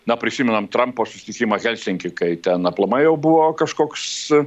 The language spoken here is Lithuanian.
na prisimenam trampo susitikimą helsinky kai ten aplamai jau buvo kažkoks